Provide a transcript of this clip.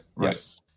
Yes